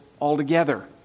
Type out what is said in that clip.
altogether